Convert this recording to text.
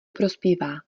prospívá